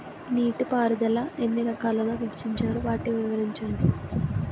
నీటిపారుదల ఎన్ని రకాలుగా విభజించారు? వాటి వివరించండి?